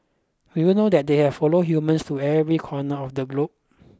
did you know that they have followed humans to every corner of the globe